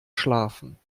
schlafen